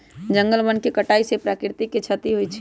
जंगल वन के कटाइ से प्राकृतिक के छति होइ छइ